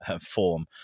form